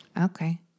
Okay